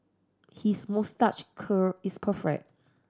his moustache curl is